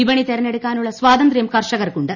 വിപണി തെരഞ്ഞെടുക്കാനുള്ള സ്വാതന്ത്ര്യം കർഷകർക്കുണ്ട്